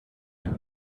hört